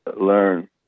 learn